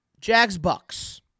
Jags-Bucks